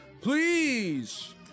please